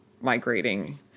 migrating